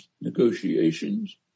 negotiations